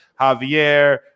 Javier